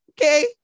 Okay